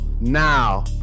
now